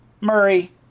Murray